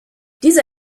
dieser